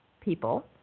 people